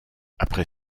avec